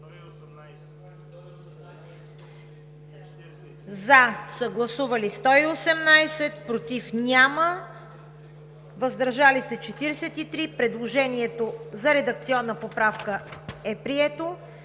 за. Общо: за 118, против няма, въздържали се 43. Предложението за редакционна поправка е прието.